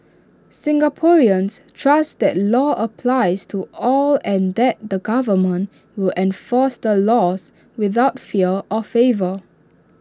Singaporeans trust that law applies to all and that the government will enforce the laws without fear or favour